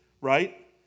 right